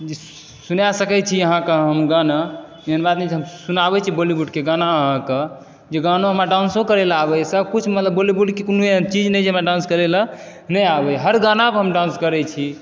सुनै सकैछी अहाँके हम गाना एहन बात नहि छै हम सुनाबै छिए बॉलीवुडके गाना अहाँके एहि गानापर हमरा डान्सो करै आबैए सबकिछु मतलब बॉलीवुडके कोनो एहन चीज नहि अइ कि हमरा डान्स करैलए नहि आबैए हर गानापर हम डान्स करैछी